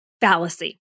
fallacy